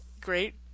Great